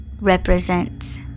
represents